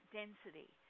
density